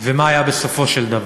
ומה היה בסופו של דבר.